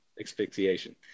asphyxiation